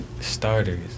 Starters